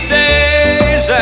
days